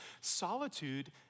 solitude